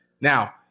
Now